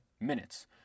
minutes